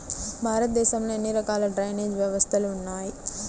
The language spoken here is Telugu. భారతదేశంలో ఎన్ని రకాల డ్రైనేజ్ వ్యవస్థలు ఉన్నాయి?